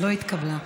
לא נתקבלה.